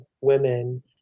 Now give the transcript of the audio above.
women